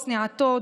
צניעותו,